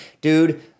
dude